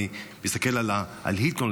אני מסתכל על הילטון,